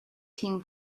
team